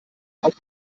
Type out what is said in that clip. auf